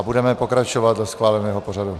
Budeme pokračovat dle schváleného pořadu.